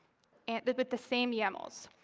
and the but the same yamls.